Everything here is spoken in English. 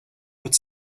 would